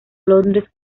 londres